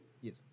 Yes